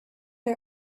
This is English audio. our